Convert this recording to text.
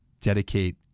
dedicate